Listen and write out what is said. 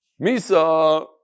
Misa